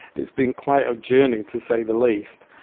it's been quite a journey to say the least.